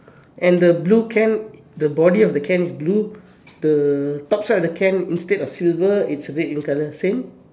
and the blue can the body of the can is blue the top side of the can instead of silver it's a bit ink color same